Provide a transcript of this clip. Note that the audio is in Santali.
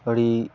ᱟᱹᱰᱤ